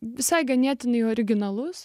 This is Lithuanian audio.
visai ganėtinai originalus